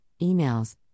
emails